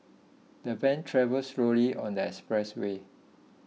the van travelled slowly on the express way